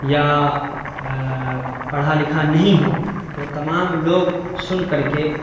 یا پڑھا لکھا نہیں ہو وہ تمام لوگ سن کر کے